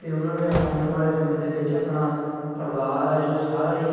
ਅਤੇ ਉਹਨਾਂ ਨੇ ਆਉਣ ਵਾਲੇ ਸਮੇਂ ਦੇ ਵਿੱਚ ਆਪਣਾ ਪਰਿਵਾਰ ਹੈ ਜੋ ਸਾਰਾ ਹੀ